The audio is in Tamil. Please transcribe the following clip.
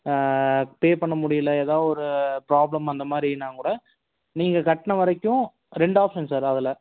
பே பண்ண முடியல எதா ஒரு ப்ராப்ளம் அந்த மாதிரினா கூட நீங்கள் கட்ண வரைக்கும் ரெண்டு ஆப்ஷன் சார் அதில்